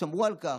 שמרו על כך.